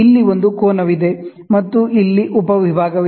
ಇಲ್ಲಿ ಒಂದು ಕೋನವಿದೆ ಮತ್ತು ಇಲ್ಲಿ ಉಪ ವಿಭಾಗವಿದೆ